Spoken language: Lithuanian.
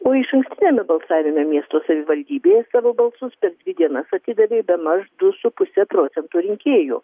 o išankstiniame balsavime miesto savivaldybėje savo balsus per dvi dienas atidavė bemaž du su puse procento rinkėjų